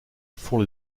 font